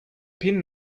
pin